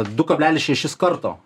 du kablelis šešis karto